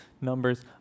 numbers